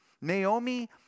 Naomi